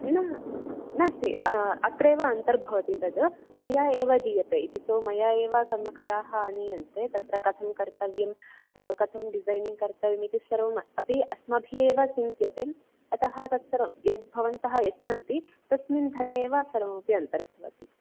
न नास्ति अत्रैव अन्तर्भवति तत् मया एव दीयते इति तु मया एव कर्मकराः आनीयन्ते तत्र कथं कर्तव्यं कथं डिसैनिङ्ग् कर्तव्यम् इति सर्वमपि अस्माभिः एव सूच्यते अतः तत् सर्वं यद् भवन्तः यच्छन्ति तस्मिन् धने एव सर्वमपि अन्तर्भवति